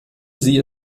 sie